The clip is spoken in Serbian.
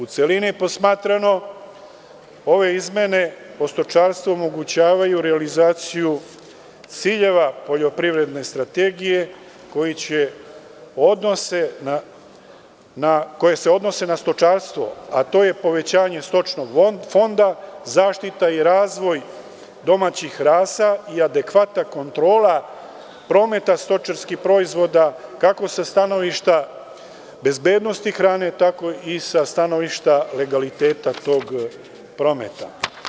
U celini posmatrano, ove izmene o stočarstvu omogućavaju realizaciju ciljeva poljoprivredne strategije koji se odnose na stočarstvo, a to je povećanje stočnog fonda, zaštita i razvoj domaćih rasa i adekvatna kontrola prometa stočarskih proizvoda, kako sa stanovišta bezbednosti hrane, tako i sa stanovišta legaliteta tog prometa.